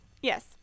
Yes